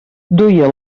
duia